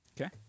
okay